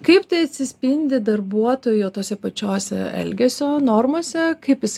kaip tai atsispindi darbuotojo tose pačiose elgesio normose kaip jis